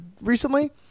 recently